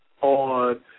on